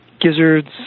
gizzards